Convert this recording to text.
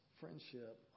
friendship